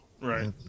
Right